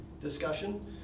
discussion